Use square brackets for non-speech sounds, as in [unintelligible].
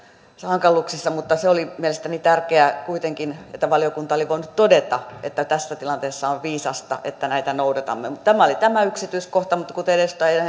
hankaluuksissa mutta se oli mielestäni tärkeää kuitenkin että valiokunta oli voinut todeta että tässä tilanteessa on viisasta että näitä noudatamme tämä oli tämä yksityiskohta mutta kuten edustaja [unintelligible]